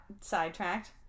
sidetracked